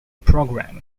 programme